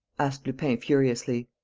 asked lupin, furiously.